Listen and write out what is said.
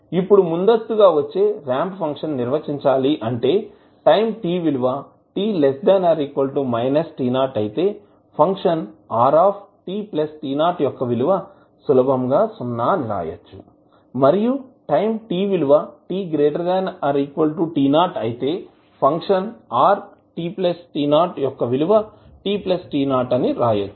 ఇప్పుడు ముందస్తు గా వచ్చే రాంప్ ఫంక్షన్ నిర్వచించాలి అంటే టైం t విలువ t t 0 అయితే ఫంక్షన్ r t t 0 యొక్క విలువ సులభంగా సున్నా అని రాయచ్చు మరియు టైం t విలువ t t 0 అయితే ఫంక్షన్ r t t 0 యొక్క విలువ t t0 అని రాయచ్చు